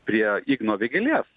prie igno vėgėlės